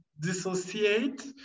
dissociate